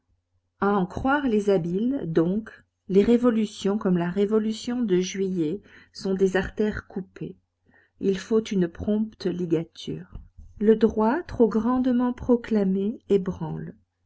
à en croire les habiles donc les révolutions comme la révolution de juillet sont des artères coupées il faut une prompte ligature le droit trop grandement proclamé ébranle